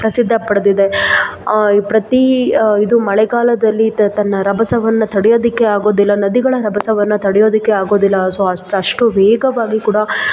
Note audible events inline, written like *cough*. ಪ್ರಸಿದ್ಧ ಪಡೆದಿದೆ *unintelligible* ಪ್ರತಿ ಇದು ಮಳೆಗಾಲದಲ್ಲಿ ತನ್ನ ರಭಸವನ್ನು ತಡೆಯೋದಕ್ಕೆ ಆಗೋದಿಲ್ಲ ನದಿಗಳ ರಭಸವನ್ನ ತಡೆಯೋದಕ್ಕೆ ಆಗೋದಿಲ್ಲ ಸೊ ಅಷ್ಟು ಅಷ್ಟು ವೇಗವಾಗಿ ಕೂಡ